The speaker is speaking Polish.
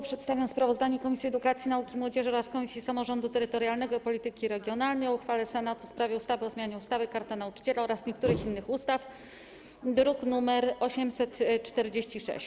Przedstawiam sprawozdanie Komisji Edukacji, Nauki i Młodzieży oraz Komisji Samorządu Terytorialnego i Polityki Regionalnej o uchwale Senatu w sprawie ustawy o zmianie ustawy - Karta Nauczyciela oraz niektórych innych ustaw, druk nr 846.